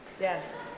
Yes